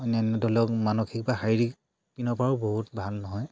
অন্যান্য ধৰি লওক মানসিক বা শাৰীৰিক পিনৰ পৰাও বহুত ভাল নহয়